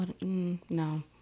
no